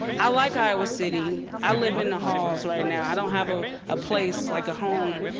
i like iowa city. i live in the halls right now. i don't have ah a place, like a home.